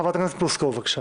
חברת הכנסת פלוסקוב, בבקשה.